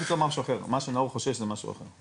מה שנאור חושש זה משהו אחר,